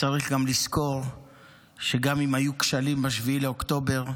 צריך גם לזכור שגם אם היו כשלים ב-7 באוקטובר,